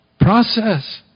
process